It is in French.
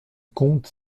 comte